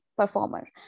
performer